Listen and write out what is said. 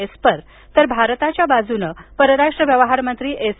Esper तर भारताच्या बाजूनं परराष्ट्र व्यवहार मंत्री एस